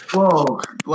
Whoa